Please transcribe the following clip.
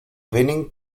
winning